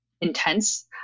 intense